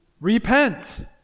repent